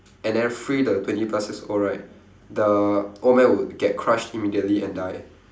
and then free the twenty plus years old right the old man will get crushed immediately and die